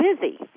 busy